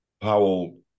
Powell